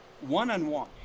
one-on-one